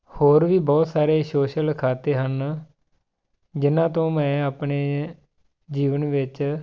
ਹੋਰ ਵੀ ਬਹੁਤ ਸਾਰੇ ਸੋਸ਼ਲ ਖਾਤੇ ਹਨ ਜਿਨ੍ਹਾਂ ਤੋਂ ਮੈਂ ਆਪਣੇ ਜੀਵਨ ਵਿੱਚ